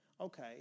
Okay